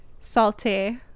salty